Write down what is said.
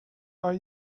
are